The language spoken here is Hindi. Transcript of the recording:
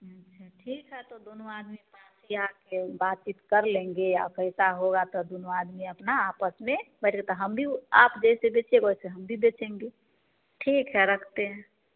अच्छा ठीक है तो दोनों आदमी पास ही आके बात चीत कर लेंगे और कैसा होगा तो दोनों आदमी अपना मने तो कहा हम भी आप जैसे बेचेंगे हम भी वैसे बेचेंगे ठीक है रखते हैं